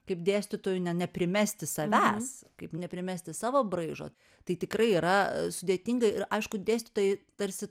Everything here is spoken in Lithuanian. kaip dėstytojui ne neprimesti savęs kaip neprimesti savo braižo tai tikrai yra sudėtinga ir aišku dėstytojai tarsi